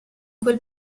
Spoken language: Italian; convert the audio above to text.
quel